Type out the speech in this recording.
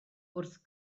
wrth